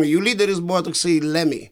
jų lyderis buvo toksai lemi